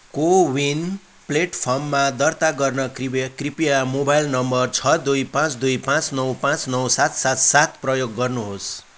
को वीन प्लेटफर्ममा दर्ता गर्न कृपया मोबाइल नम्बर छ दुई पाँच दुई पाँच नौ पाँच नौ सात सात सात प्रयोग गर्नुहोस्